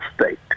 State